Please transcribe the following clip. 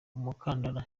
umukandara